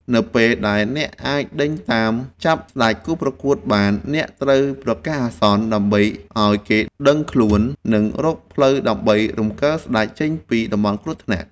នៅពេលដែលអ្នកអាចដេញតាមចាប់ស្តេចគូប្រកួតបានអ្នកត្រូវប្រកាសអាសន្ន ដើម្បីឱ្យគេដឹងខ្លួននិងរកផ្លូវដើម្បីរំកិលស្តេចចេញពីតំបន់គ្រោះថ្នាក់។